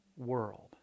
world